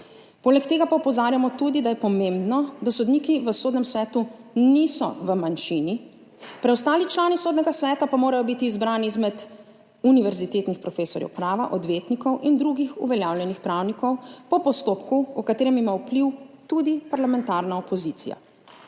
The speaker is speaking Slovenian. Poleg tega pa opozarjamo tudi, da je pomembno, da sodniki v Sodnem svetu niso v manjšini, preostali člani Sodnega sveta pa morajo biti izbrani izmed univerzitetnih profesorjev prava, odvetnikov in drugih uveljavljenih pravnikov po postopku, v katerem ima vpliv tudi parlamentarna opozicija.